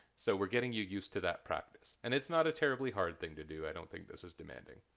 so we're getting you used to that practice and it's not a terribly hard thing to do. i don't think this is demanding.